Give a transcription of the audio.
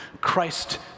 Christ